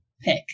pick